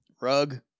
Rug